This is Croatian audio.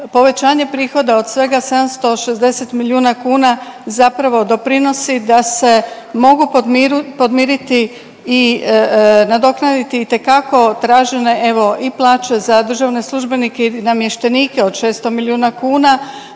povećanje prihoda od svega 760 milijuna kuna zapravo doprinosi da se mogu podmiriti i nadoknaditi itekako tražene evo i plaće za državne službenike i namještenike od 600 milijuna kuna,